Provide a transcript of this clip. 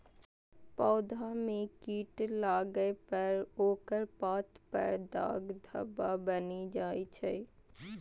पौधा मे कीट लागै पर ओकर पात पर दाग धब्बा बनि जाइ छै